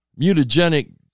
mutagenic